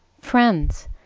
friends